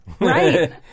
Right